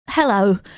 Hello